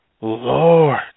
Lord